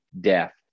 death